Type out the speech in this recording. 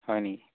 হয় নেকি